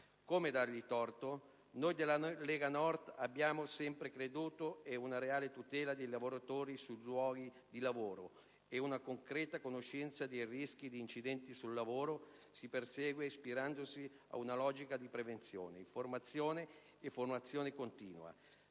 Come dare loro torto? Noi della Lega Nord abbiamo sempre creduto che una reale tutela dei lavoratori sui luoghi di lavoro ed una concreta conoscenza dei rischi di incidenti sul lavoro si perseguano ispirandosi ad una logica di prevenzione, informazione e formazione continua,